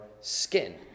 skin